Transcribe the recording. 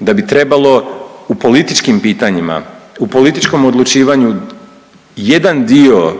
da bi trebalo u političkim pitanjima, u političkom odlučivanju jedan dio